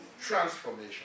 Transformation